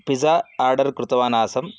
pizza order कृतवानासं